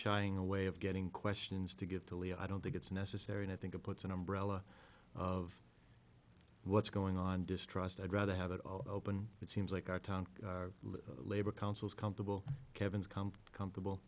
shying away of getting questions to get to leo i don't think it's necessary and i think it puts an umbrella of what's going on distrust i'd rather have it all open it seems like a tank labor council is comfortable kevin's come comfortable